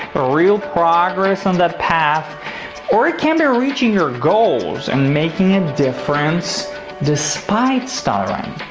a real progress on that path or it can be reaching your goals and making a difference despite stuttering.